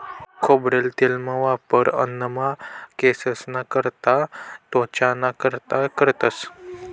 खोबरेल तेलना वापर अन्नमा, केंससना करता, त्वचाना कारता करतंस